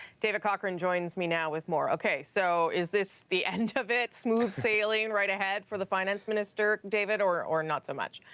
david cochrane is joining me now with more. okay, so is this the end of it, smooth sailing right ahead for the finance minister, david, or or not so much?